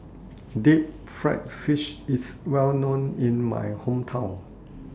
Deep Fried Fish IS Well known in My Hometown